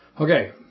Okay